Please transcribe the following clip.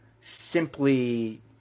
simply